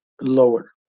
lower